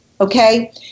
Okay